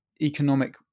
economic